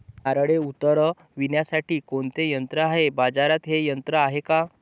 नारळे उतरविण्यासाठी कोणते यंत्र आहे? बाजारात हे यंत्र आहे का?